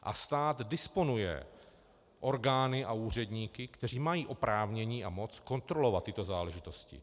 A stát disponuje orgány a úředníky, kteří mají oprávnění a moc kontrolovat tyto záležitosti.